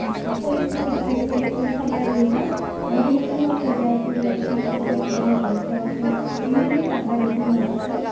পৰিস্থিতি সাপেক্ষে সেইটো চলাই লৈ যাওঁ আৰু সেনেকেই মই পৰিয়ালটোৰ লগত মই ওতপ্ৰোতঃভাৱে জড়িত আছো যিমানেই বাধা বিধি নহওঁক কিয়